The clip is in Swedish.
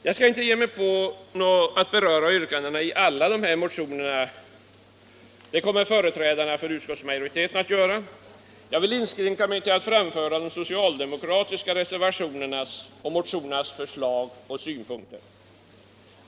Jag skall inte ge mig in på att beröra yrkandena i alla dessa motioner, det kommer företrädarna för utskottsmajoriteten att göra. Jag vill inskränka mig till att framföra de socialdemokratiska reservationernas och motionernas förslag och synpunkter.